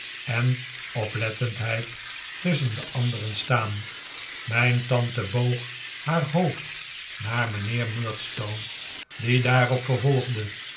en oplettendheid tusschen de anderen staan mijn tante boog haar hoofd naar mijnheer murdstone die daarop vervolgde